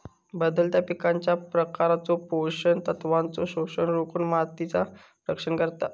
बदलत्या पिकांच्या प्रकारचो पोषण तत्वांचो शोषण रोखुन मातीचा रक्षण करता